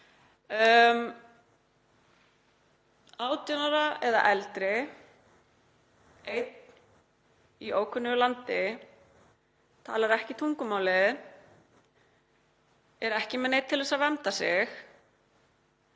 18 ára eða eldri, einn í ókunnugu landi, talar ekki tungumálið, er ekki með neinn til að vernda sig.